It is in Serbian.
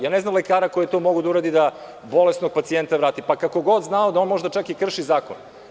Ja ne znam lekara koji je to mogao da uradi, da bolesnog pacijenta vrati, pa makar znao da on možda čak i krši zakon.